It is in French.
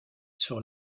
sur